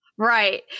Right